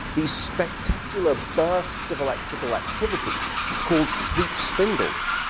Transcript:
these spectacular bursts of electrical activity called sleep spindles.